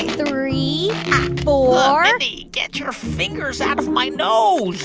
three, four mindy, get your fingers out of my nose